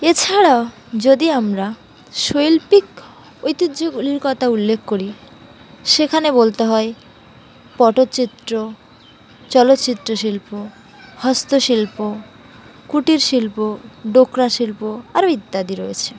এছাড়াও যদি আমরা শৈল্পিক ঐতিহ্যগুলির কথা উল্লেখ করি সেখানে বলতে হয় পটচিত্র চলচ্চিত্র শিল্প হস্তশিল্প কুটির শিল্প ডোকরা শিল্প আরও ইত্যাদি রয়েছে